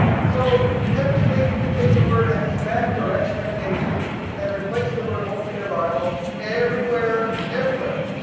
and so technically you could take the word expect or expectation and replace the word hope in your bible everywhere, everywhere,